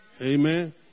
Amen